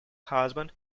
husband